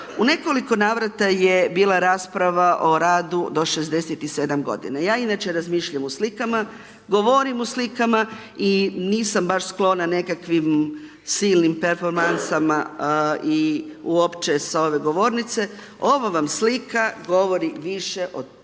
U nekoliko navrata je bila rasprava o radu do 67 g. Ja inače razmišljam u slikama, govorim u slikama i nisam baš sklona nekakvim silnim performansama s ove govornice, ova vam slika govori više od